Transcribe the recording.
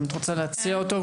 אם את רוצה להציע אותו,